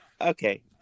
Okay